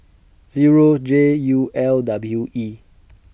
Zero J U L W E